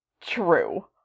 true